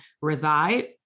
reside